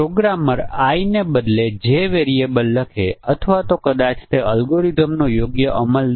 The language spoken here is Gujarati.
જો તમારી પાસે 13 ઇનપુટ્સ અને દરેક પરીક્ષણ 3 હોય તો સંયોજનોની સંખ્યા 3 પાવર 13 હોય છે જે 10 માં 1